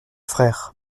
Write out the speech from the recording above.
frères